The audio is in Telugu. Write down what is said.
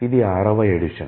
ఇది ఆరవ ఎడిషన్